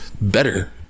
better